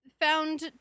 found